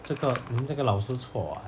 这个 这个老师错 [what]